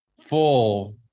full